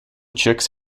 chicks